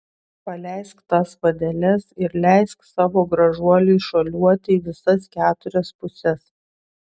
paleisk tas vadeles ir leisk savo gražuoliui šuoliuoti į visas keturias puses